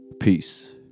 Peace